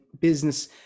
business